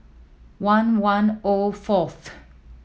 one one O fourth